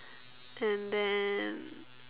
and then